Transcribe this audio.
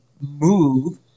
move